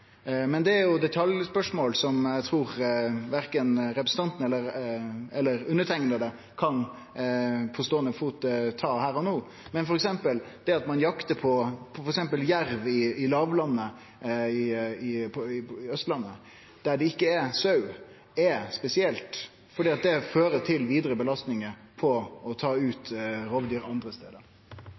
Men det at ein jaktar f.eks. på jerv i låglandet på Austlandet der det ikkje er sau, er spesielt, for det fører til vidare belastningar på å ta ut rovdyr andre stader.